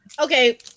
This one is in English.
Okay